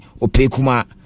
Opekuma